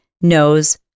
knows